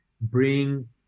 bring